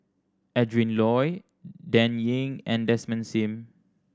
Adrin Loi Dan Ying and Desmond Sim